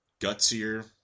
gutsier